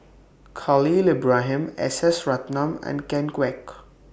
Khalil Ibrahim S S Ratnam and Ken Kwek